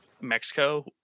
Mexico